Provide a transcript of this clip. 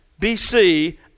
BC